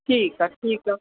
ठीकु आहे ठीकु आहे